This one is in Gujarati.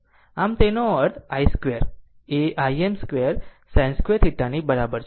આમ તેનો અર્થi2 એ Im2sin2θ બરાબર છે